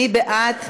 מי בעד?